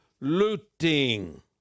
looting